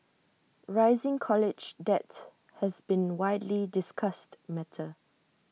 rising college debt has been A widely discussed matter